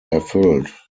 erfüllt